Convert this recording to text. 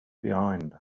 behind